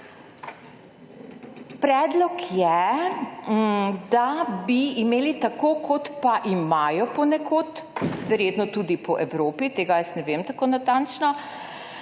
Predlog je, da bi imeli tako kot imajo ponekod, verjetno tudi po Evropi, tega jaz ne vem tako natančno,